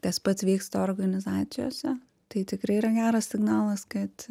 tas pats vyksta organizacijose tai tikrai yra geras signalas kad